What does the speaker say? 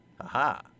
Aha